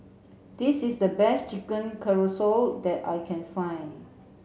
this is the best Chicken Casserole that I can find